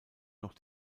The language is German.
noch